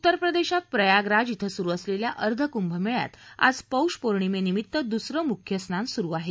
उत्तरप्रदेशात प्रयागराज इथं सुरु असलेल्या अर्धकुभमेळ्यात आज पौष पौर्णिमेनिमित्त दुसरं मुख्य स्नान सुरु आहे